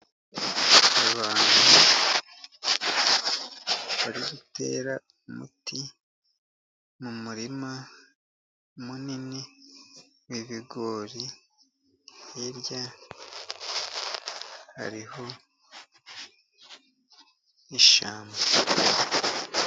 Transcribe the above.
Abantu barigutera umuti mu murima munini w'ibigori, hirya hariho ishyamba.